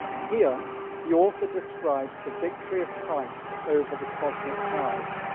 here the author describes the victory of christ over the cosmic powers.